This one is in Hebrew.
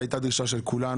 זו הייתה דרישה של כולנו,